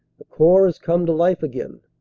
the corps has come to life again.